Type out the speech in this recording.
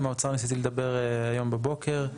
עם האוצר ניסיתי לדבר היום בבוקר,